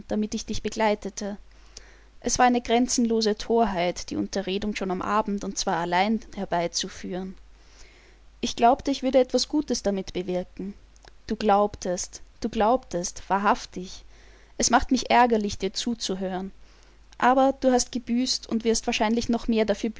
damit ich dich begleitete es war eine grenzenlose thorheit die unterredung schon am abend und zwar allein herbeizuführen ich glaubte ich würde etwas gutes damit bewirken du glaubtest du glaubtest wahrhaftig es macht mich ärgerlich dir zuzuhören aber du hast gebüßt und wirst wahrscheinlich noch mehr dafür